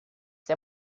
der